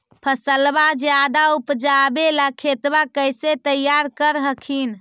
फसलबा ज्यादा उपजाबे ला खेतबा कैसे तैयार कर हखिन?